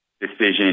decision